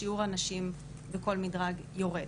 שיעור הנשים בכל מדרג יורד,